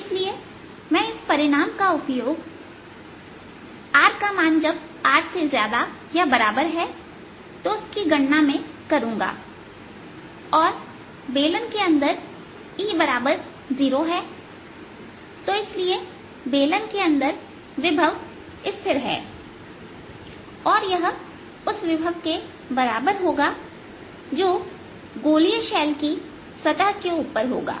इसलिए मैं इस परिणाम का उपयोग rR के लिए गणना करने में करूंगा और बेलन के अंदर E0 है तो इसलिए बेलन के अंदर विभव स्थिर है और यह उस विभव के बराबर होगा जो गोलीय शैल की सतह के ऊपर होगा